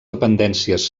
dependències